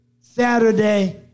Saturday